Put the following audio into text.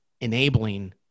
enabling